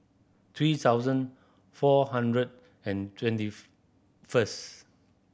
three thousand four hundred and twenty first